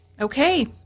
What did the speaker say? Okay